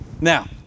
Now